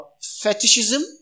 fetishism